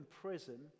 prison